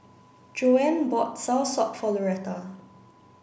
Joanne bought Soursop for Loretta